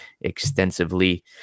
extensively